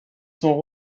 sont